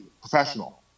professional